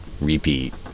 repeat